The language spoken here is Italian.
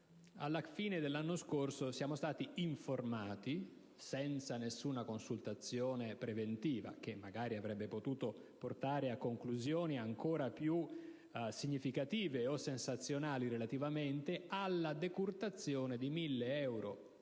alla fine dell'anno scorso siamo stati informati, senza nessuna consultazione preventiva, che magari avrebbe potuto portare a conclusioni ancora più significative o sensazionali, relativamente alla decurtazione di 1.000 euro